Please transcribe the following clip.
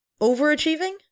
overachieving